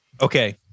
Okay